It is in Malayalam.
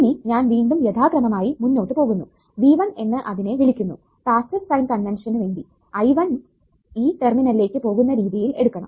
ഇനി ഞാൻ വീണ്ടും യഥാക്രമമായി മുമ്പോട്ടുപോകുന്നു V1 എന്ന് അതിനെ വിളിക്കുന്നു പാസ്സീവ് സൈൻ കൺവെൻഷന് വേണ്ടി I1 ഈ ടെർമിനലിലേക്ക് പോകുന്ന രീതിയിൽ എടുക്കണം